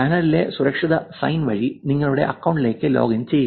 ചാനലിലെ സുരക്ഷിത സൈൻ വഴി നിങ്ങളുടെ അക്കൌണ്ടിലേക്ക് ലോഗിൻ ചെയ്യുക